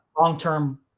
long-term